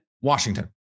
Washington